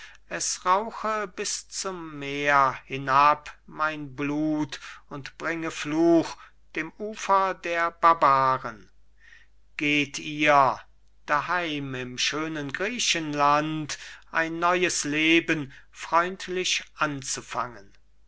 es rauche bis zum meer hinab mein blut und bringe fluch dem ufer der barbaren geht ihr daheim im schönen griechenland ein neues leben freundlich anzufangen